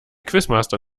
quizmaster